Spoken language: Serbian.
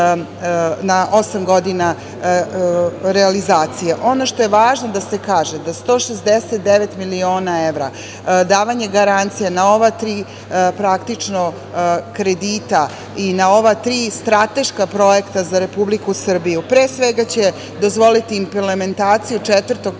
na osam godina realizacije. Ono što je važno da se kaže, da 169 miliona evra davanje garancije na ova tri praktično kredita i na ova tri strateška projekta za Republiku Srbiju pre svega će dozvoliti implementaciju